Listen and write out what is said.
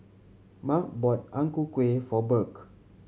Marc bought Ang Ku Kueh for Burk